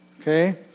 Okay